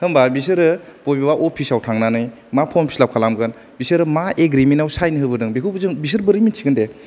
होमबा बिसोरो बबेबा अफिसाव थांनानै मा फर्म फिलाब खालामगोन बिसोरो मा एग्रिमेनाव साइन होबोदों बिखौ बिसोर बोरै मिथिगोन दे